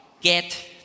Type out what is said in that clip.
get